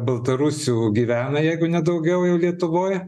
baltarusių gyvena jeigu ne daugiau jau lietuvoj